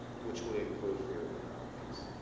which would include for your own properties.